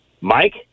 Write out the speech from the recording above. Mike